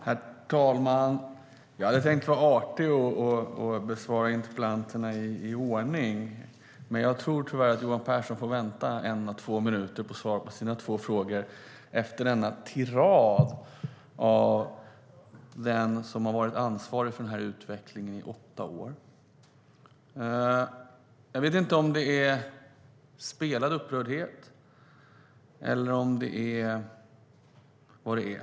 Herr talman! Jag hade tänkt vara artig och svara interpellanterna i ordning, men jag tror tyvärr att Johan Pehrson får vänta en eller två minuter på svar på sina två frågor efter denna tirad av den som har varit ansvarig för den här utvecklingen i åtta år. Jag vet inte om det är spelad upprördhet eller om det är vad det är.